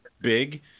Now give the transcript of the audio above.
big